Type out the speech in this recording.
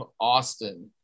Austin